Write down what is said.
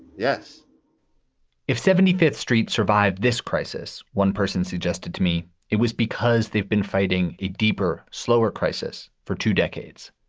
yes if seventy fifth street survived this crisis, one person suggested to me it was because they've been fighting a deeper, slower crisis for two decades